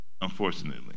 Unfortunately